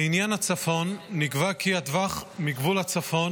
לעניין הצפון, נקבע כי הטווח מגבול הצפון